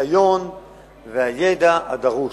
הניסיון והידע הדרושים.